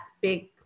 big